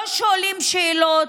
לא שואלים שאלות,